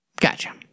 Gotcha